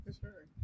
sure